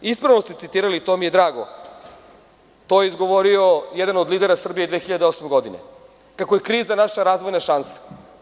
Ispravno ste citirali i to mi je drago, to je izgovorio jedan od lidera Srbije 2008. godine, kako je kriza naša razvojna šansa.